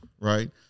right